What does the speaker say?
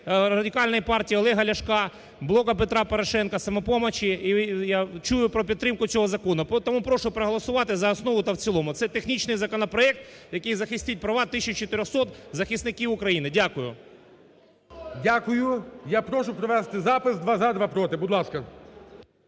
Радикальної партії Олега Ляшка, "Блока Петра Порошенка", "Самопомочі", і я чую про підтримку цього закону. Тому прошу проголосувати за основу та в цілому. Це технічний законопроект, який захистить права 1400 захисників України. Дякую. ГОЛОВУЮЧИЙ. Дякую. Я прошу провести запис, два – за, два – проти. Будь ласка.